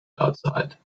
outside